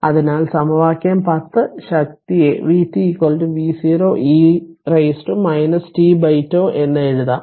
അതിനാൽ സമവാക്യം 10 ശക്തിയെ Vt V0 e t τ എന്ന് എഴുതാം